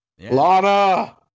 Lana